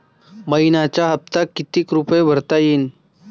मइन्याचा हप्ता कितीक रुपये भरता येईल?